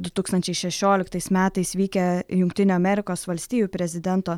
du tūkstančiai šešioliktais metais vykę jungtinių amerikos valstijų prezidento